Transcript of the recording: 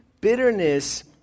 bitterness